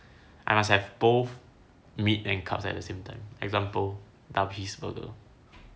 I must have both meat and carbs at the same time example double cheeseburger